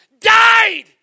Died